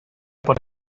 por